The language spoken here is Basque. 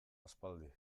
aspaldi